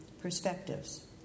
perspectives